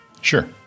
Sure